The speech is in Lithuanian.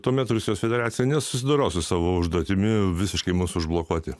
tuomet rusijos federacija nesusidoros su savo užduotimi visiškai mus užblokuoti